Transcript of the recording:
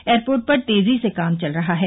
airport पर तेजी से काम चल रहा है